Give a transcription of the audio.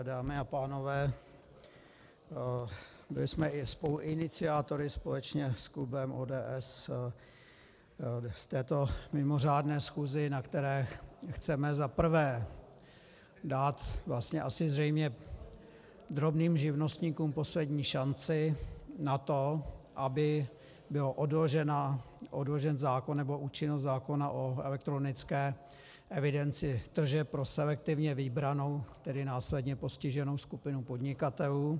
Dámy a pánové, byli jsme spoluiniciátory společně s klubem ODS této mimořádné schůze, na které chceme za prvé dát vlastně asi zřejmě drobným živnostníkům poslední šanci na to, aby byl odložen zákon, nebo účinnost zákona o elektronické evidenci tržeb pro selektivně vybranou, tedy následně postiženou skupinu podnikatelů.